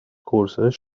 courses